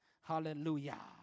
Hallelujah